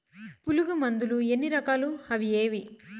పులుగు మందులు ఎన్ని రకాలు అవి ఏవి?